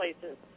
places